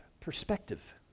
perspective